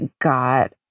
got